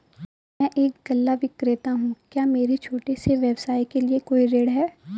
मैं एक गल्ला विक्रेता हूँ क्या मेरे छोटे से व्यवसाय के लिए कोई ऋण है?